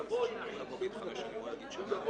והנתונים אומרים שאנשים במזרח